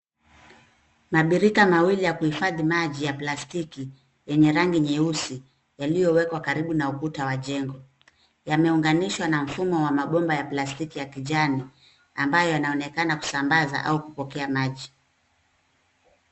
Mabirika mawili ya kuhifadhi maji ya plastiki yenye rangi nyeusi yaliyowekwa karibu na ukuta wa jengo. Yameunganishwa na mfumo wa mabomba ya plastiki ya kijani ambayo yanaonekana kusambaza au kupokea maji.